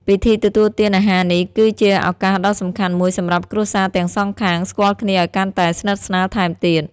ពិធីទទួលទានអាហារនេះ គឺជាឱកាសដ៏សំខាន់មួយសម្រាប់គ្រួសារទាំងសងខាង ស្គាល់គ្នាឲ្យកាន់តែស្និទ្ធស្នាលថែមទៀត។